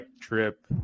trip